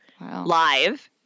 live